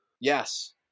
Yes